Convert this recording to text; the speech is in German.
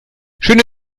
schöne